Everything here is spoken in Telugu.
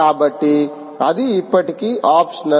కాబట్టి అది ఇప్పటికీ ఆప్షనల్